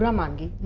um money.